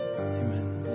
amen